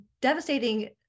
devastating